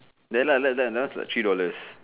then ah like that that one is like three dollars